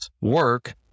work